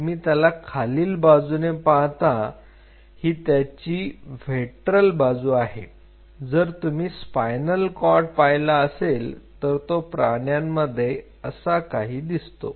तुम्ही त्याला खालील बाजूने पाहता ही त्याची व्हेंट्रल बाजू आहे जर तुम्ही स्पायनल कॉर्ड पाहिला असेल तर तो प्राण्यांमध्ये असा काही दिसतो